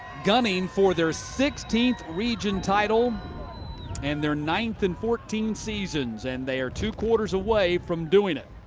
gunning for their sixteenth region title and their ninth in fourteen seasons. and they're two quarters away from doing it.